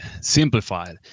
simplified